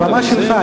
הבמה שלך,